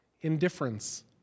Indifference